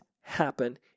happen